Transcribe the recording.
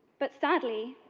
but sadly,